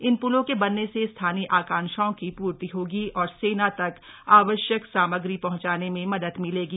इन प्लों के बनने से स्थानीय आकांक्षाओं की पूर्ति होगी और सेना तक आवश्यक सामग्री पहंचाने में मदद मिलेगी